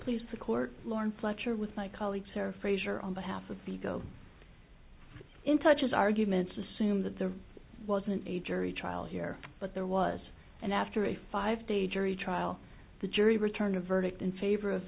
please the court learn fletcher with my colleagues or frazier on behalf of the go in touch as arguments assume that there wasn't a jury trial here but there was and after a five day jury trial the jury returned a verdict in favor